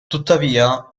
tuttavia